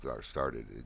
started